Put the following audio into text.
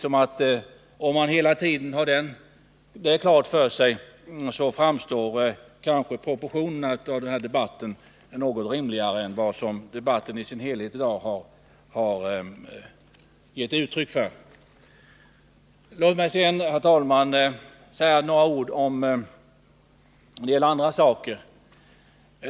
Om man hela tiden har detta klart för sig, framstår kanske frågans proportioner något rimligare än debatten i dag i sin helhet har givit intryck av. Låt mig sedan säga några ord om en del andra saker.